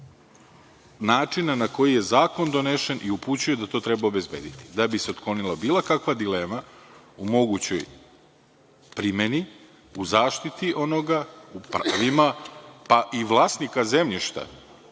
načina na koji je zakon donesen i upućuje da to treba obezbediti. Da bi se otklonila bilo kakva dilema u mogućoj primeni, u zaštiti onoga, pa i vlasnika zemljišta